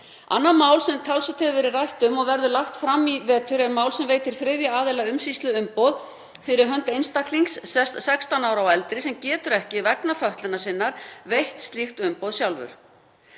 Annað mál sem talsvert hefur verið rætt um og verður lagt fram í vetur er mál sem veitir þriðja aðila umsýsluumboð fyrir hönd einstaklings 16 ára og eldri sem getur ekki vegna fötlunar sinnar veitt slíkt umboð sjálfur.